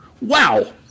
Wow